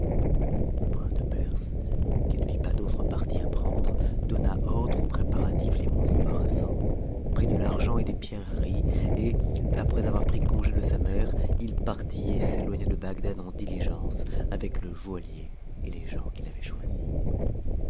le prince de perse qui ne vit pas d'autre parti à prendre donna ordre aux préparatifs les moins embarrassants prit de l'argent et des pierreries et après avoir pris congé de sa mère il partit et s'éloigna de bagdad en diligence avec le joaillier et les gens qu'il avait choisis